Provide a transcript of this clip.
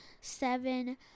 seven